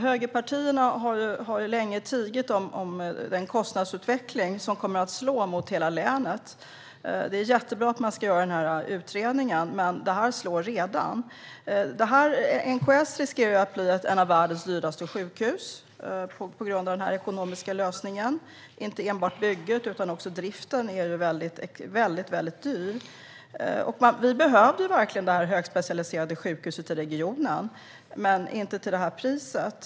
Högerpartierna har länge tigit om den kostnadsutveckling som kommer att slå mot hela länet. Det är jättebra att man ska göra denna utredning, men det här slår redan nu. NKS riskerar att bli ett av världens dyraste sjukhus på grund av denna ekonomiska lösning. Det gäller inte enbart bygget, utan också driften är väldigt dyr. Vi behövde verkligen detta högspecialiserade sjukhus till regionen, men inte till det här priset.